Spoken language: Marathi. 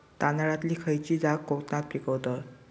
तांदलतली खयची जात कोकणात पिकवतत?